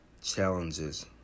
challenges